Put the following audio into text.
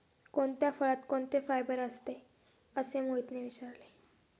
कोणत्या फळात कोणते फायबर असते? असे मोहितने विचारले